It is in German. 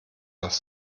das